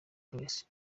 adresse